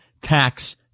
tax